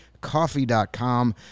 Coffee.com